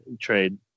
Trade